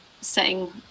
setting